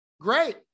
Great